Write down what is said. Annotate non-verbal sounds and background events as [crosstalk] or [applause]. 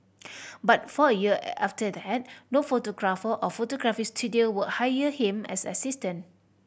[noise] but for a year after that no photographer or photography studio would hire him as an assistant